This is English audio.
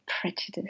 prejudice